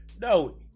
No